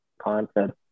concept